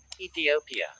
Ethiopia